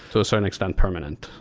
so certain extent, permanent.